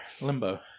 Limbo